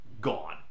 gone